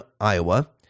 Iowa